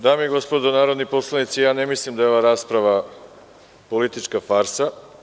Dame i gospodo narodni poslanici, ja ne mislim da je ova rasprava politička farsa.